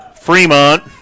Fremont